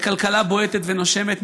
על כלכלה בועטת ונושמת,